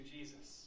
Jesus